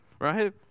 right